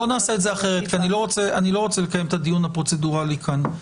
בואו נעשה את זה אחרת כי אני לא רוצה לקיים את הדיון הפרוצדורלי כאן.